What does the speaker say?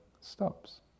stops